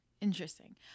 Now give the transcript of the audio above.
Interesting